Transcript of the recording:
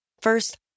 First